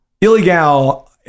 illegal